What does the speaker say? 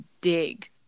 dig